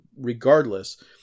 Regardless